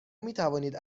میتوانید